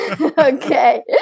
Okay